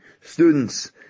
students